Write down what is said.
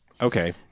okay